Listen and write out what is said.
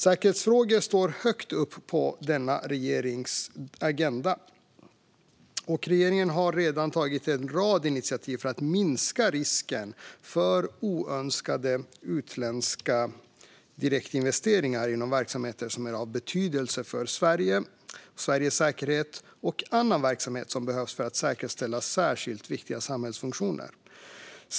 Säkerhetsfrågor står högt upp på regeringens agenda, och regeringen har redan tagit en rad initiativ för att minska risken för oönskade utländska direktinvesteringar inom verksamheter som är av betydelse för Sveriges säkerhet och annan verksamhet som behövs för att säkerställa särskilt viktiga samhällsfunktioner.